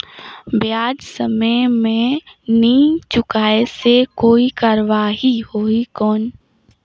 ब्याज समय मे नी चुकाय से कोई कार्रवाही होही कौन?